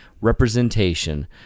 representation